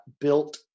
built